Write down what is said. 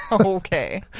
Okay